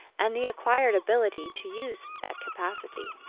and the acquired ability to use that capacity.